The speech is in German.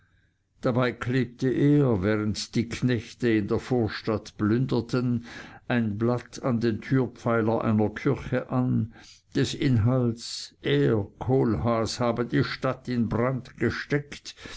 dabei klebte er während die knechte in der vorstadt plünderten ein blatt an den türpfeiler einer kirche an des inhalts er kohlhaas habe die stadt in brand gesteckt